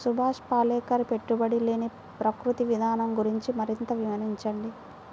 సుభాష్ పాలేకర్ పెట్టుబడి లేని ప్రకృతి విధానం గురించి మరింత వివరించండి